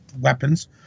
weapons